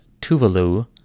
Tuvalu